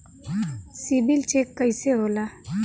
CIBIL check कइसे होला?